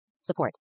support